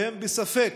והם בספק,